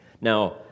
Now